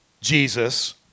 Jesus